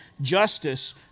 justice